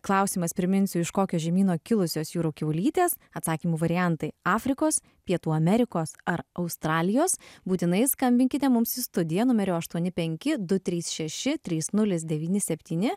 klausimas priminsiu iš kokio žemyno kilusios jūrų kiaulytės atsakymų variantai afrikos pietų amerikos ar australijos būtinai skambinkite mums į studiją numeriu aštuoni penki du trys šeši trys nulis devyni septyni